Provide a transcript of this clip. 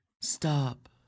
Stop